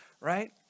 right